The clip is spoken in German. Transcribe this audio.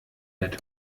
bett